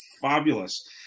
fabulous